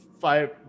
Five